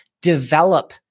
develop